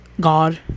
God